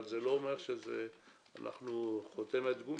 אבל זה לא אומר שאנחנו חותמת גומי.